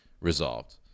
resolved